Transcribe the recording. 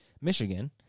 Michigan